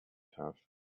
have